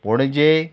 Panaji